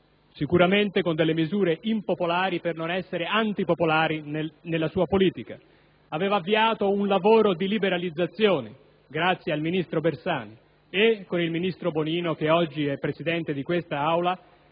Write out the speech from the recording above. sicuramente con misure impopolari per non essere antipopolari nella sua politica; aveva avviato un lavoro di liberalizzazione, grazie al ministro Bersani, e con il ministro Emma Bonino (che oggi presiede quest'Assemblea)